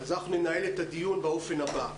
נקיים את הדיון באופן הבא: